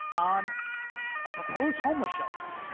on a proposed homeless shelter,